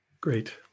Great